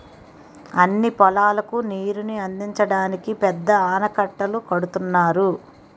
అన్ని పొలాలకు నీరుని అందించడానికి పెద్ద ఆనకట్టలు కడుతున్నారు